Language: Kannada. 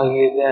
ಆಗಿದೆ